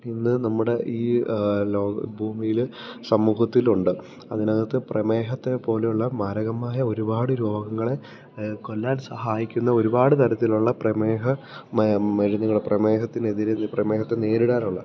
ഇന്ന് നമ്മുടെ ഈ ഭൂമിയില് സമൂഹത്തിലുണ്ട് അതിനകത്ത് പ്രമേഹത്തെ പോലെയുള്ള മാരകമായ ഒരുപാട് രോഗങ്ങളെ കൊല്ലാൻ സഹായിക്കുന്ന ഒരുപാട് തരത്തിലുള്ള പ്രമേഹ മരുന്നുകൾ പ്രമേഹത്തിനെതിരെ പ്രമേഹത്തെ നേരിടാനുള്ള